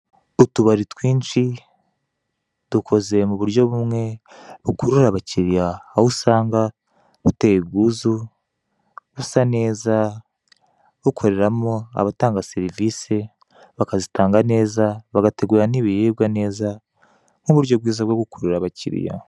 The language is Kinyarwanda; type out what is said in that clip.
Utubari twinshi dukoze mu buryo bumwe bukurura abakiliya, aho usanga buteye ubwuzu, busa neza, bukoreramo abatanga serivise bakazitanga neza, bagategura n'ibiribwa neza mu buryo bwiza bwo gukurura abakiliya.